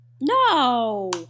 No